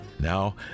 now